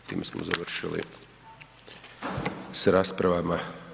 Time smo završili sa raspravama.